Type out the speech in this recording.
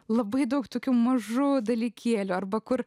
labai daug tokių mažų dalykėlių arba kur